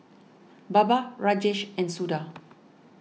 Baba Rajesh and Suda